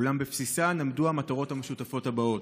אולם בבסיסן עמדו המטרות המשותפות הבאות: